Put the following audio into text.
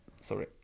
Sorry